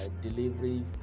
delivery